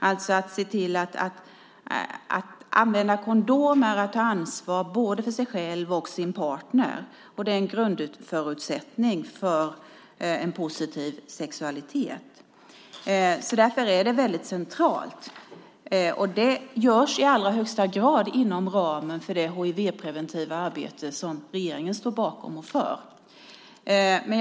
Att använda kondom är att ta ansvar både för sig själv och för sin partner, och det är en grundförutsättning för en positiv sexualitet. Att arbeta för att ändra attityder är därför väldigt centralt, och det görs i allra högsta grad inom ramen för det hivpreventiva arbete som regeringen står bakom och driver.